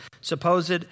supposed